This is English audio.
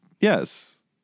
yes